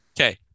Okay